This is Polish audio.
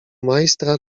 majstra